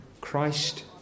Christ